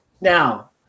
now